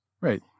Right